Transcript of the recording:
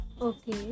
Okay